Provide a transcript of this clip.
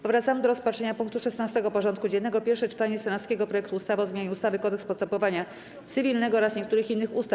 Powracamy do rozpatrzenia punktu 16. porządku dziennego: Pierwsze czytanie senackiego projektu ustawy o zmianie ustawy - Kodeks postępowania cywilnego oraz niektórych innych ustaw.